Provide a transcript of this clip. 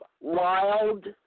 wild